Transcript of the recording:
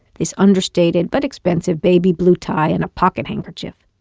this understated, but expensive baby blue tie and a pocket handkerchief.